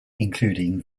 including